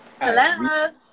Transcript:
Hello